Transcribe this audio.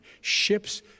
ships